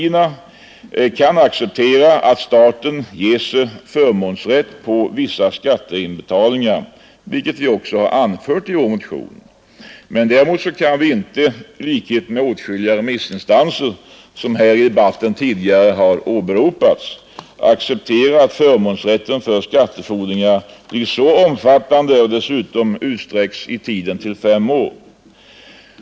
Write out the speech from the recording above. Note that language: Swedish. Vi kan acceptera att staten ges förmånsrätt på vissa skatteinbetalningar, vilket vi också anfört i vår motion. Däremot kan vi inte i likhet med åtskilliga remissinstanser, som åberopats tidigare här i debatten, acceptera att förmånsrätten för skattefordringar blir så omfattande som nu och dessutom utsträcks i tiden till fem år.